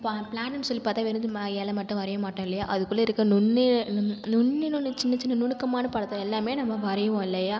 இப்போ பிளான்ட் சொல்லி பார்த்தாவே வெறும் இந்த இல மட்டும் வரைய மாட்டோம் இல்லையா அதுக்குள்ளே இருக்கிற நுண்ணிய நுண்ணிய நுண்ணிய சின்ன சின்ன நுணுக்கமான படத்தை எல்லாம் நம்ம வரைவோம் இல்லையா